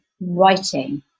writing